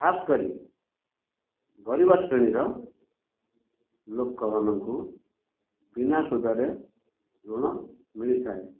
ଖାସ୍ କରି ଗରିବ ଶ୍ରେଣୀର ଲୋକମାନଙ୍କୁ ବିନା ସୁଧରେ ଋଣ ମିଳିଥାଏ